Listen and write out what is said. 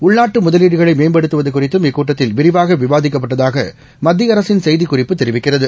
உள்நாட்டுமுதலீடுகளைமேப்படுத்துவதுகுறித்தும் இக்கூட்டத்தில் விரிவாகவிவாதிக்கப்பட்டதாகமத்தியஅரசின் செய்திக்குறிப்பு தெரிவிக்கிறது